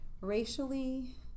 Racially